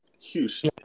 Huge